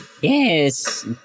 Yes